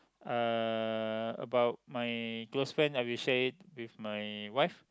uh about my close friend I will share it with my wife